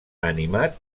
animat